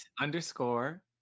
underscore